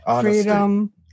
freedom